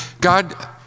God